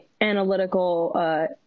analytical